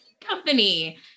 company